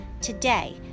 Today